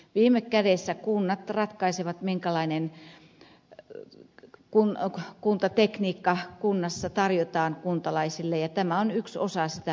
viime kädessä kunnat ratkaisevat minkälainen kuntatekniikka kunnassa tarjotaan kuntalaisille ja tämä on yksi osa sitä kokonaisuutta